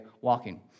walking